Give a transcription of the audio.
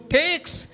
takes